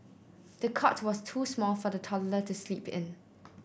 the cot was too small for the toddler to sleep in